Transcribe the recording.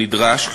הנדרש,